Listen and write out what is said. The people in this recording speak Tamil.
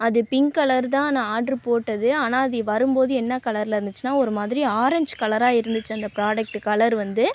அது பிங்க் கலரு தான் நான் ஆர்ட்ரு போட்டது ஆனால் அது வரும்போது என்ன கலரில் இருந்துச்சுனா ஒரு மாதிரி ஆரஞ்ச் கலராக இருந்துச்சு அந்த ப்ராடக்ட்டு கலரு வந்து